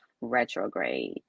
retrograde